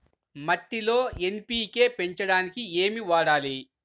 మట్టిలో ఎన్.పీ.కే పెంచడానికి ఏమి వాడాలి?